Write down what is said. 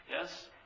yes